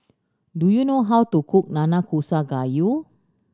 do you know how to cook Nanakusa Gayu